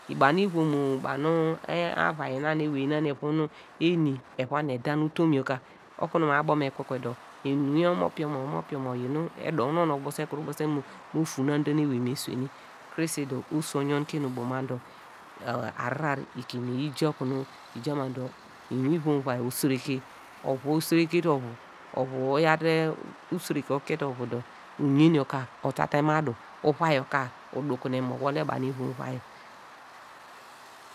Banu lvom banu avai na nu ewey nanu eni evo nu eda nu utom yor ka, okunu baw abo nu nu kwe kwe dor eni omo pinyi omo, omoyi omo oyi nu edowu nonw nu obese kuru mo funa dor nu ewey me swene, krese dor oso oyonke eni ubo lna dor ahrar lkimine yi ja okunu eja nu yaw dor mu lvom uvan osireke, ovu osireke ovu ovu oyaw te usireke okiete ovu dor uyen yor ka ota te madu, ovai yor ka uduknen owol le banu lvom uvai yor.